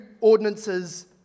ordinances